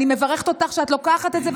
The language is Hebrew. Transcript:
אני מברכת אותך שאת לוקחת את זה,